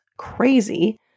crazy